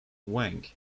wang